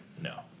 No